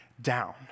down